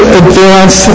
advance